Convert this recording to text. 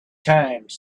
times